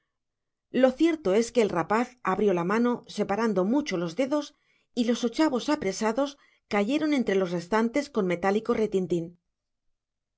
lo cierto es que el rapaz abrió la mano separando mucho los dedos y los ochavos apresados cayeron entre los restantes con metálico retintín